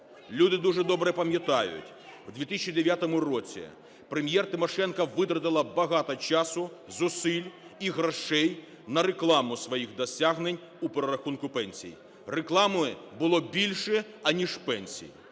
Люди дуже добре пам'ятають, у 2009 році прем'єр Тимошенко витратила багато часу, зусиль і грошей на рекламу своїх досягнень у перерахунку пенсій, реклами було більше аніж пенсій.